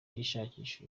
ishakisha